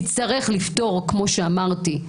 נצטרך לפתור, כמו שאמרתי,